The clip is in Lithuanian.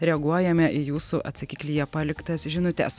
reaguojame į jūsų atsakiklyje paliktas žinutes